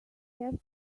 have